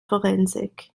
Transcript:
forensik